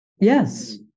yes